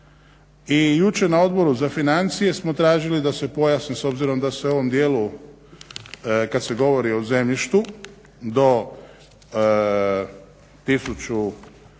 I jučer na Odboru za financije smo tražili da se pojasni s obzirom da se u ovom dijelu kad se govori o zemljištu do 1000